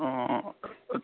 ꯑꯥ